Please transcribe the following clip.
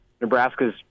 Nebraska's